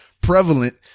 prevalent